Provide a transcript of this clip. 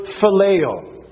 phileo